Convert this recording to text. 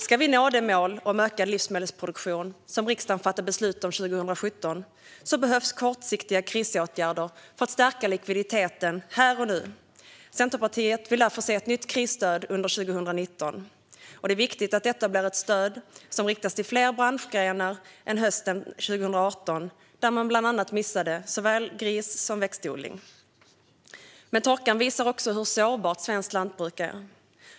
Ska vi nå det mål om ökad livsmedelsproduktion som riksdagen fattade beslut om 2017 behövs kortsiktiga krisåtgärder för att stärka likviditeten här och nu. Centerpartiet vill därför se ett nytt krisstöd under 2019. Det är viktigt att detta blir ett stöd som riktas till fler branschgrenar än hösten 2018, då man bland annat missade såväl grisuppfödning som växtodling. Men torkan visar också hur sårbart svenskt lantbruk är.